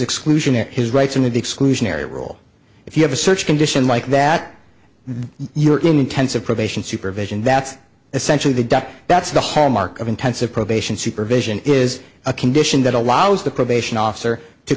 exclusionary his rights and the exclusionary rule if you have a search condition like that you're in intensive probation supervision that's essentially the doc that's the hallmark of intensive probation supervision is a condition that allows the probation officer to